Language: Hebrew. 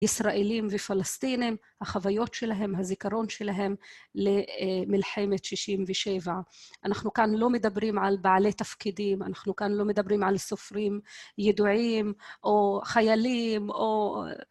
ישראלים ופלסטינים, החוויות שלהם, הזיכרון שלהם למלחמת שישים ושבע. אנחנו כאן לא מדברים על בעלי תפקידים, אנחנו כאן לא מדברים על סופרים ידועים או חיילים או...